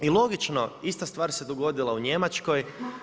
I logično, ista stvar se dogodila u Njemačkoj.